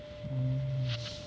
hmm